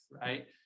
Right